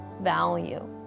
value